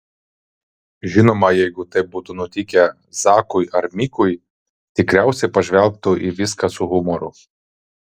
žinoma jeigu taip būtų nutikę zakui ar mikui tikriausiai pažvelgtų į viską su humoru